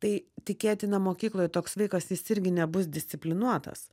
tai tikėtina mokykloj toks vaikas jis irgi nebus disciplinuotas